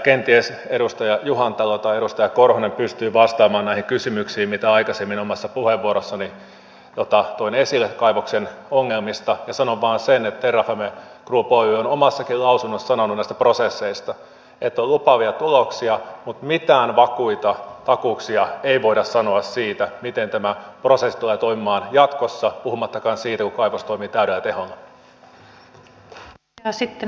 kenties edustaja juhantalo tai edustaja korhonen pystyy vastaamaan näihin kysymyksiin mitkä aikaisemmin omassa puheenvuorossani toin esille kaivoksen ongelmista ja sanon vain sen että terrafame group oy on omassakin lausunnossaan sanonut näistä prosesseista että on lupaavia tuloksia mutta mitään vakuuksia ei voida antaa siitä miten tämä prosessi tulee toimimaan jatkossa puhumattakaan siitä kun kaivos toimii täydellä teholla